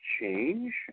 change